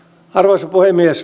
arvoisa puhemies